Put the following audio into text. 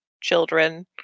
children